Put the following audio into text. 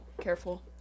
careful